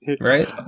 right